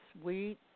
sweet